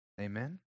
Amen